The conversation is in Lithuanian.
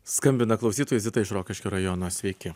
skambina klausytoja zita iš rokiškio rajono sveiki